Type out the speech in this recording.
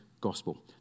gospel